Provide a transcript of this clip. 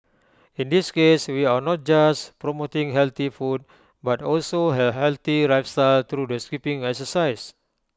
in this case we are not just promoting healthy food but also A healthy lifestyle through the skipping exercise